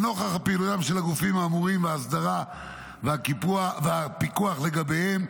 נוכח פעילותם של הגופים האמורים והאסדרה והפיקוח עליהם,